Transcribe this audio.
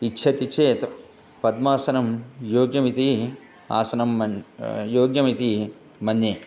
इच्छति चेत् पद्मासनं योग्यमिति आसनं मन्ये योग्यमिति मन्ये